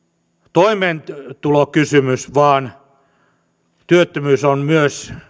toimeentulokysymys vaan työttömyys on myös